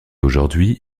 aujourd’hui